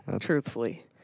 Truthfully